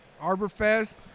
ArborFest